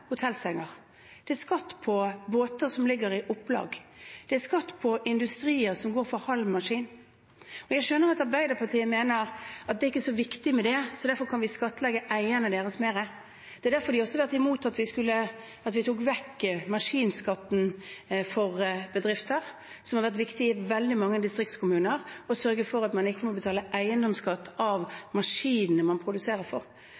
båter som ligger i opplag, det er skatt på industrier som går for halv maskin. Og jeg skjønner at Arbeiderpartiet mener at det ikke er så viktig, så derfor kan vi skattlegge eierne deres mer. Det er derfor de også har vært imot at vi tok vekk maskinskatten for bedrifter, som har vært viktig i veldig mange distriktskommuner, og sørget for at man ikke må betale eiendomsskatt